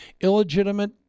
illegitimate